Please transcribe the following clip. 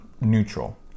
neutral